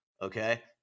okay